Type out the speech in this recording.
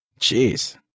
Jeez